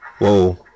whoa